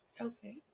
okay